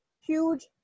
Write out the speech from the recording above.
huge